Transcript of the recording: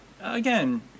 again